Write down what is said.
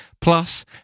Plus